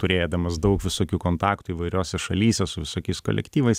turėdamas daug visokių kontaktų įvairiose šalyse su visokiais kolektyvais